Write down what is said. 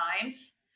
times